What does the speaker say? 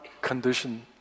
condition